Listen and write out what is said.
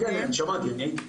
כן, שמעתי, הייתי.